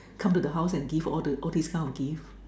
come to the house and give all these kinds of gift